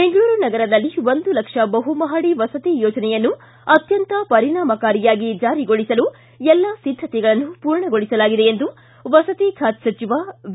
ಬೆಂಗಳೂರು ನಗರದಲ್ಲಿ ಒಂದು ಲಕ್ಷ ಬಹುಮಹಡಿ ವಸತಿ ಯೋಜನೆಯನ್ನು ಅತ್ಯಂತ ಪರಿಣಾಮಕಾರಿಯಾಗಿ ಜಾರಿಗೊಳಿಸಲು ಎಲ್ಲಾ ಸಿದ್ದತೆಗಳನ್ನು ಪೂರ್ಣಗೊಳಿಸಲಾಗಿದೆ ಎಂದು ವಸತಿ ಖಾತೆ ಸಚಿವ ವಿ